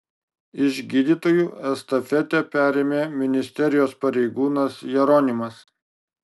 iš gydytojų estafetę perėmė ministerijos pareigūnas jeronimas